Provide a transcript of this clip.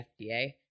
FDA